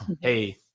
hey